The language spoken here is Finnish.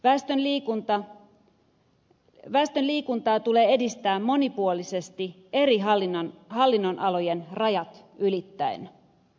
väestön liikuntaa tulee edistää monipuolisesti eri hallinnonalojen rajat ylittäen